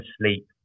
sleep